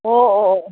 ꯑꯣ ꯑꯣ ꯑꯣ ꯑꯣ